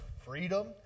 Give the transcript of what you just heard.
freedom